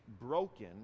broken